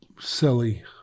silly